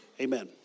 Amen